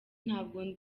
ntabwo